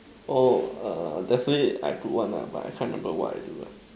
oh err definitely I put one ah but I can't remember what I do